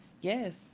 Yes